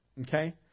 Okay